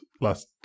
last